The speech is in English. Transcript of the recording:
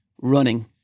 running